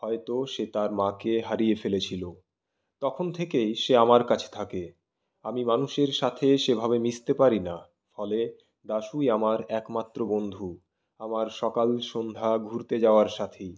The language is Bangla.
হয়ত সে তার মাকে হারিয়ে ফেলেছিল তখন থেকেই সে আমার কাছে থাকে আমি মানুষের সাথে সেভাবে মিশতে পারি না ফলে দাশুই আমার একমাত্র বন্ধু আমার সকাল সন্ধ্যা ঘুরতে যাওয়ার সাথী